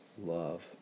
love